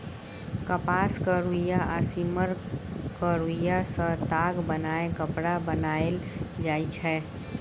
कपासक रुइया आ सिम्मरक रूइयाँ सँ ताग बनाए कपड़ा बनाएल जाइ छै